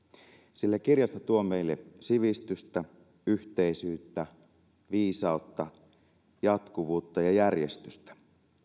sillä kirjasto tuo meille sivistystä yhteisyyttä viisautta jatkuvuutta ja järjestystä